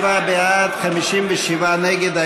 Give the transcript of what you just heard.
57 בעד, 57 נגד.